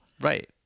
right